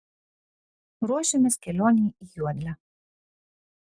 ruošiamės kelionei į juodlę